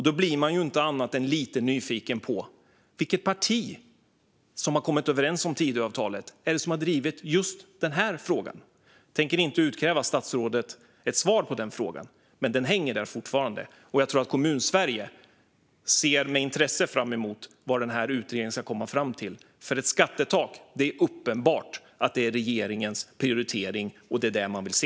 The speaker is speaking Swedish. Då blir man inte annat än lite nyfiken på vilket av de partier som kommit överens om Tidöavtalet som har drivit just den frågan. Jag tänker inte avkräva statsrådet ett svar på min fråga. Men den hänger där fortfarande, och jag tror att Kommunsverige med intresse ser fram emot vad den här utredningen kommer fram till. Det är uppenbart att ett skattetak är regeringens prioritering och att det är det man vill se.